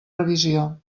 revisió